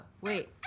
Wait